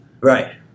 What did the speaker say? right